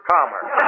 Commerce